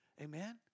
Amen